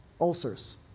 ulcers